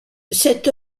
cette